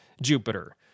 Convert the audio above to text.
Jupiter